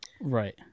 Right